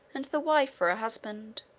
and the wife for her husband.